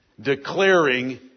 declaring